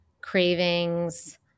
cravings